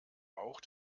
auch